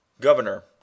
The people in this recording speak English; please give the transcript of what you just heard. Governor